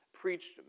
preached